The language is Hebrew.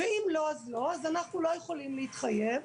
ואם לא אז לא; אנחנו לא יכולים להתחייב,